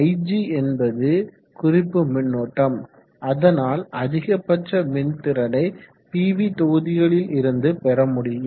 ig என்பது குறிப்பு மின்னோட்டம் அதனால் அதிகபட்ச மின்திறனை பிவி தொகுதிகளில் இருந்து பெற முடியும்